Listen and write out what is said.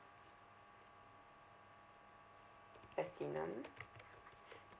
platinum